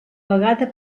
vegada